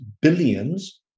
billions